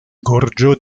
gorĝo